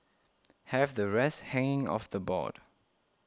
have the rest hanging off the board